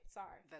sorry